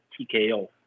TKO